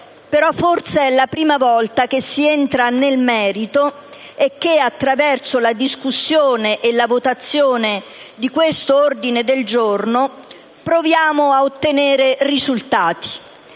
forse è la prima volta che si entra nel merito e che, attraverso la discussione e la votazione di questo ordine del giorno, si prova a ottenere risultati.